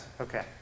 Okay